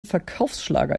verkaufsschlager